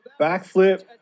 backflip